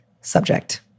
Subject